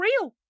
real